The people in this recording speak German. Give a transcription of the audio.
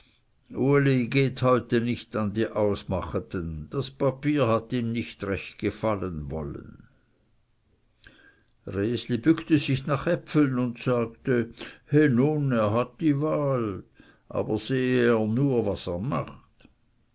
uli geht heute nicht an die ausmacheten das papier hat ihm nicht recht gefallen resli bückte sich nach äpfeln und sagte he nun er hat dwehli aber sehe er nur was er macht